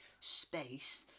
space